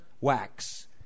wax